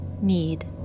need